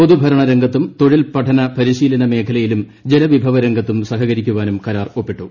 പൊതു ഭരണ രംഗത്തും തൊഴിൽ പഠന പരിശീലന മേഖലയിലും ജലവിഭവ രംഗത്തും സഹകരിക്കാനും കരാർ ഒപ്പിട്ടു